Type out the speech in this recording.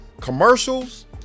Commercials